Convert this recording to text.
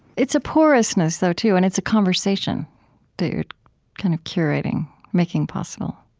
it's a porousness, though, too, and it's a conversation that you're kind of curating, making possible